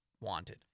wanted